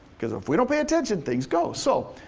cause if we don't pay attention, things go. so